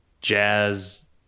jazz